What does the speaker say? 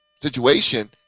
situation